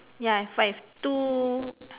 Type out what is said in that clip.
ya I have five two